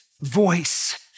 voice